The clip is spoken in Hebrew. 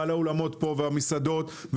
בעלי אולמות ובעלי מסעדות נמצאים פה,